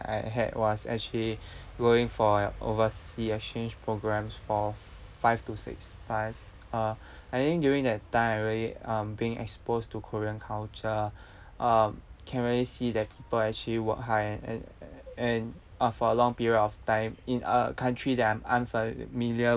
I had was actually going for overseas exchange programmes for five to six months uh I think during that time I'm really um being exposed to korean culture uh can really see that people actually work hard and and uh for a long period of time in a country that I'm unfamiliar